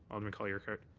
alderman colley-urquhart.